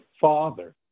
father